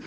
år.